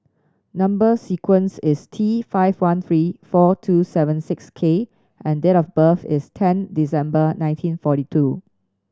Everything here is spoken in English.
number sequence is T five one three four two seven six K and date of birth is ten December nineteen forty two